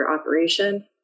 operation